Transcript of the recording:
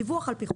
דיווח על פי חוק.